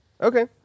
Okay